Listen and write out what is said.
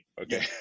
Okay